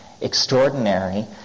extraordinary